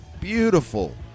beautiful